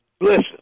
Listen